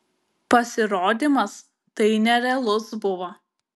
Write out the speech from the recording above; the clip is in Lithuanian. pasirodymas tai nerealus buvo